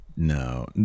No